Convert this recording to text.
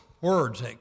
words